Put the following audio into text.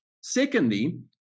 Secondly